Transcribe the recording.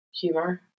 humor